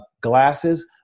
glasses